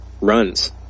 runs